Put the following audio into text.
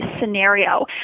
scenario